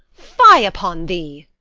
fie upon thee!